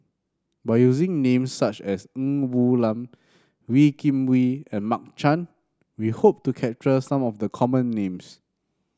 by using names such as Ng Woon Lam Wee Kim Wee and Mark Chan we hope to capture some of the common names